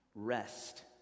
Rest